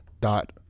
dot